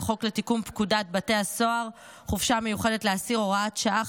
החוק לתיקון פקודת בתי הסוהר (חופשה מיוחדת לאסיר) (הוראת שעה,